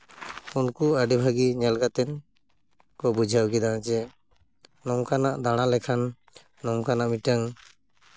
ᱩᱱᱠᱩ ᱟᱹᱰᱤ ᱵᱷᱟᱹᱜᱤ ᱧᱮᱞ ᱠᱟᱛᱮᱫ ᱠᱚ ᱵᱩᱡᱷᱟᱹᱣ ᱠᱮᱫᱟ ᱡᱮ ᱱᱚᱝᱠᱟᱱᱟᱜ ᱫᱟᱬᱟ ᱞᱮᱠᱷᱟᱱ ᱱᱚᱝᱠᱟᱱᱟᱜ ᱢᱤᱫᱴᱮᱱ